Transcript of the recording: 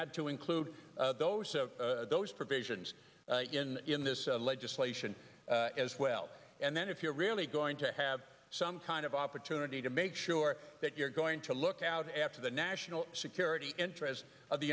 had to include those those provisions in in this legislation as well and then if you're really going to have some kind of opportunity to make sure that you're going to look out after the national security interests of the